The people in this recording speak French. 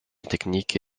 technique